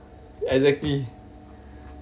exactly